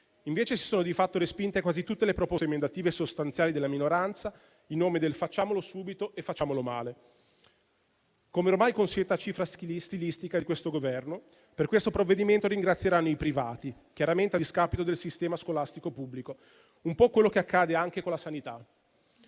Invece, si sono di fatto respinte quasi tutte le proposte emendative sostanziali della minoranza in nome del principio del facciamolo subito e facciamolo male, che è ormai la consueta cifra stilistica di questo Governo. Per questo provvedimento ringrazieranno i privati, chiaramente a discapito del sistema scolastico pubblico, che è un po' quello che accade anche con la sanità.